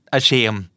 ashamed